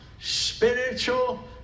spiritual